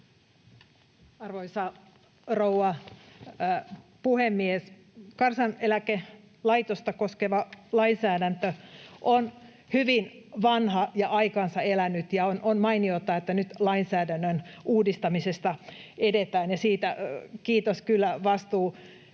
Arvoisa rouva puhemies! Kansaneläkelaitosta koskeva lainsäädäntö on hyvin vanha ja aikansa elänyt, ja on mainiota, että nyt lainsäädännön uudistamisessa edetään, ja siitä